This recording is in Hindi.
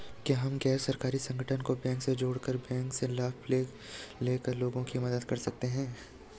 क्या हम गैर सरकारी संगठन को बैंक से जोड़ कर बैंक से लाभ ले कर लोगों की मदद कर सकते हैं?